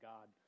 God